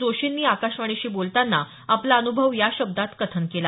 जोशींनी आकाशवाणीशी बोलताना आपला अन्भव या शब्दांत कथन केला